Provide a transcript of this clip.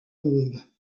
bombe